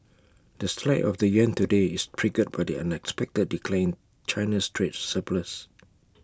the slide of the yuan today is triggered by the unexpected decline in China's trade surplus